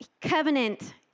covenant